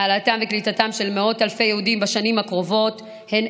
העלאתם וקליטתם של מאות אלפי יהודים בשנים הקרובות הן